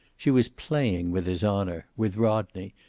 she was playing with his honor, with rodney,